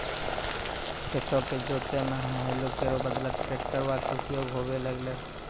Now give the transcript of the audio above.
खेतो क जोतै म हलो केरो बदला ट्रेक्टरवा कॅ उपयोग होबे लगलै